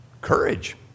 Courage